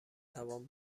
توان